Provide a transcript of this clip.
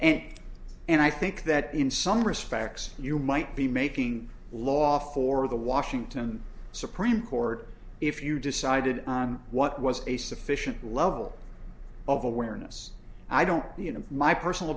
and and i think that in some respects you might be making law for the washington supreme court if you decided on what was a sufficient level of awareness i don't you know my personal